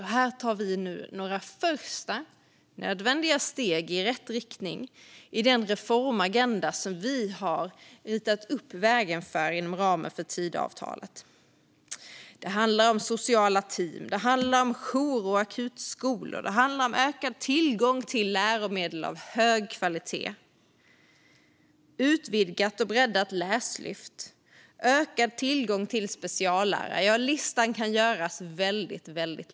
Här tar vi nu några första nödvändiga steg i rätt riktning i den reformagenda som vi har ritat upp vägen för inom ramen för Tidöavtalet. Det handlar om sociala team, om jour och akutskolor, om ökad tillgång till läromedel av hög kvalitet, om utvidgat och breddat läslyft och om ökad tillgång till speciallärare. Ja, listan kan göras väldigt lång.